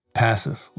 passive